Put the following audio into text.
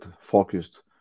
focused